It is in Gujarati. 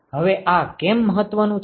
હવે આ કેમ મહત્વનું છે